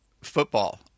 football